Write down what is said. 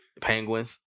Penguins